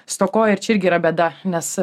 stokoja ir čia irgi yra bėda nes